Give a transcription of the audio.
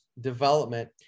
development